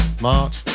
March